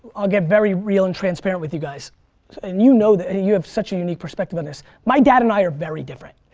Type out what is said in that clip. i'll get very real and transparent with you guys and you know, you have such a unique perspective on this. my dad and i are very different,